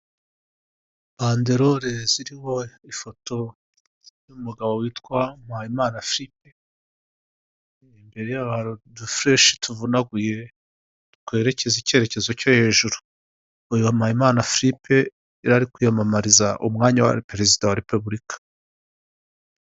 Banderore ziriho ifoto y'umugabo witwa Mpayimana firipe, imbere ye hari udufureshi tuvunaguye twerekeze icyerekezo cyo hejuru, uyu Mpayimana firipe yari ari kwiyamamariza umwanya wa perezida wa Repubulika.